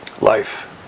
life